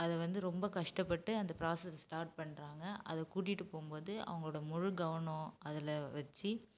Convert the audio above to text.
அதை வந்து ரொம்ப கஷ்டப்பட்டு அந்த ப்ராஸஸ் ஸ்டார்ட் பண்ணுறாங்க அதை கூட்டிகிட்டு போகும் போது அவங்களோட முழு கவனம் அதில் வச்சி